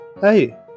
Hey